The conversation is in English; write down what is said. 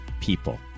people